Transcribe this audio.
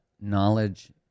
knowledge